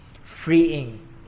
freeing